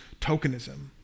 tokenism